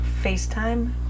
FaceTime